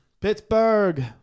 Pittsburgh